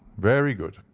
very good,